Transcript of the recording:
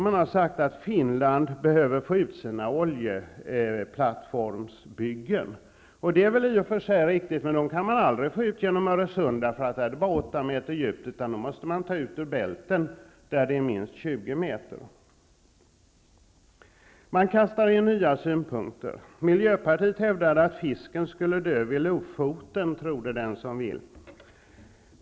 Det har sagts att Finland behöver få ut sina oljeplattformsbyggen. Det är i och för sig riktigt. Men dem kan man aldrig få ut genom Öresund. Där är det nämligen bara 8 meter djupt. Dem måste man ta ut via Bälten, där det är minst 20 meter. Nya synpunkter kastas in. Miljöpartiet hävdade att fisken vid Lofoten skulle dö. Tro det, den som vill.